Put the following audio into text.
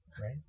Right